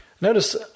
Notice